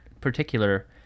particular